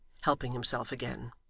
helping himself again.